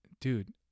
dude